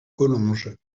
collonges